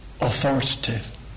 authoritative